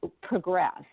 progress